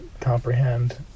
comprehend